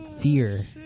fear